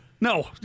No